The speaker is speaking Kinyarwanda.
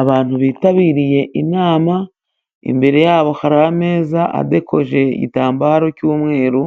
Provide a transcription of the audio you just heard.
Abantu bitabiriye inama, imbere yabo hari ameza adekoje igitambaro cy'umweru